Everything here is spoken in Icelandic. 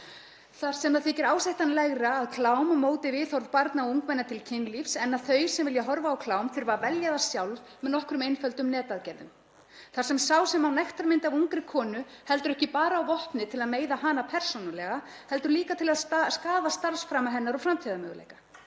Þar sem það þykir ásættanlegra að klám móti viðhorf barna og ungmenna til kynlífs en að þau sem vilja horfa á klám þurfi að velja það sjálf með nokkrum einföldum netaðgerðum. Þar sem sá sem á nektarmynd af ungri konu heldur ekki bara á vopni til að meiða hana persónulega heldur líka til að skaða starfsframa hennar og framtíðarmöguleika.